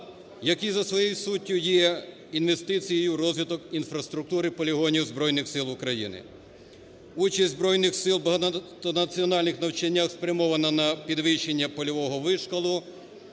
які за своєю суттю є інвестицією у розвиток інфраструктури полігонів Збройних Сил України. Участь Збройних Сил у багатонаціональних навчаннях спрямована на підвищення польового вишколу,